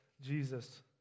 Jesus